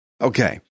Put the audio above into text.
Okay